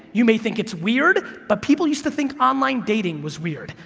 you may think it's weird, but people used to think online dating was weird,